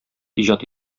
иҗат